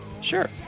sure